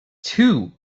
two